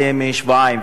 מזה שבועיים.